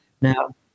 Now